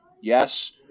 Yes